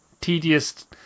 tedious